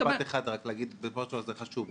רק להגיד משפט אחד, זה חשוב.